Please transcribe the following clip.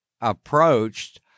approached